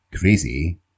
Crazy